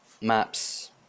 maps